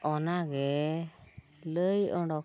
ᱚᱱᱟᱜᱮ ᱞᱟᱹᱭ ᱚᱰᱳᱠ